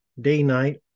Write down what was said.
day-night